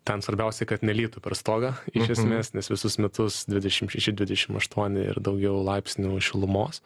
ten svarbiausia kad nelytų per stogą iš esmės nes visus metus dvidešimt šeši dvidešimt aštuoni ir daugiau laipsnių šilumos